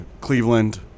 Cleveland